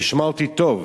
תשמע אותי טוב,